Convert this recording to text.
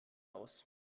aus